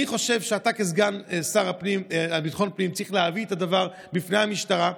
אני חושב שאתה כסגן השר לביטחון פנים צריך להביא את הדבר בפני המשטרה.